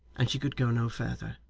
and she could go no further.